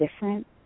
different